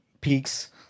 peaks